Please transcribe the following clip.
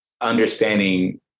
understanding